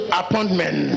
appointment